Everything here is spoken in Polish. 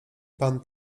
pan